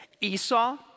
Esau